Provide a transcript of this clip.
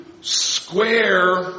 square